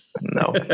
No